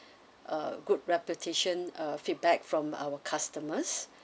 a good reputation uh feedback from our customers